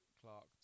Clark